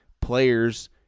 players